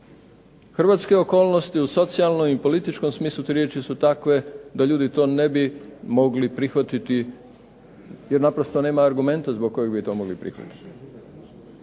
Hrvatske okolnosti u socijalnom i političkom smislu te riječi su takve da ljudi to ne bi mogli prihvatiti jer naprosto nema argumenta zbog kojeg bi to mogli prihvatiti.